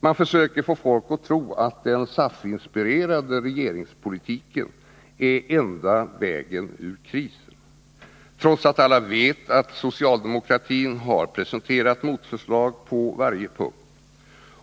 Man försöker få folk att tro att den SAF-inspirerade regeringspolitiken är den enda vägen ur krisen, trots att alla vet att socialdemokratin på varje punkt har presenterat motförslag.